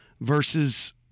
Versus